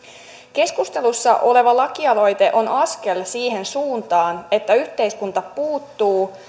keskustelussa oleva lakialoite on askel siihen suuntaan että yhteiskunta puuttuu